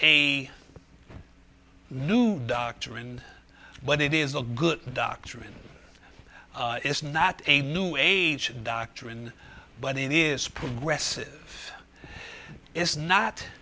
a new doctrine but it is a good doctrine it's not a new age doctrine but it is progressive it's not